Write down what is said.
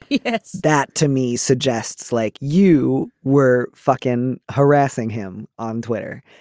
yes that to me suggests like you were fuckin harassing him on twitter.